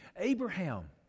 Abraham